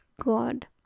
God